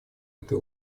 этой